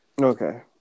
Okay